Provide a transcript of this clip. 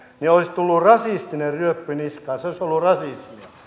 niin olisi tullut rasistinen ryöppy niskaan se olisi ollut rasismia